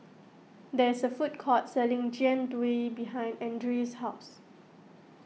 there is a food court selling Jian Dui behind Ardyce's house